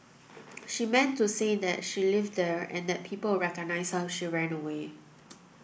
she meant to say that she lived there and that people would recognise her if she ran away